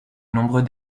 nombreux